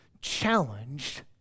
challenged